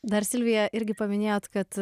dar silvija irgi paminėjot kad